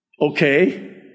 okay